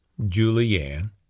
Julianne